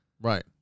right